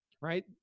right